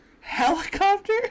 Helicopter